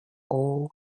all